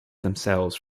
themselves